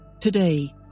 Today